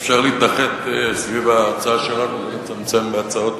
אפשר להתאחד סביב ההצעה שלנו ולהצטמצם בהצעות.